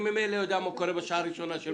אני ממילא יודע מה קורה בשעה הראשונה של